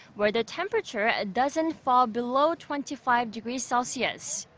where the temperature doesn't fall below twenty five degrees celsius.